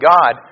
God